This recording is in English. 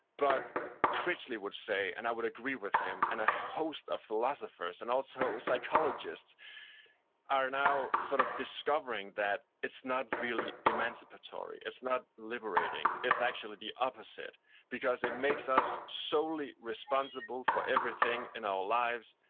but critchley would say, and i would agree with him, and a host of philosophers and also psychologists are now sort of discovering that it's not really emancipatory, it's not liberating. it's actually the opposite because it makes us solely responsibly for everything in our lives,